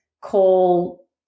call